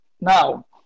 Now